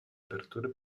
aperture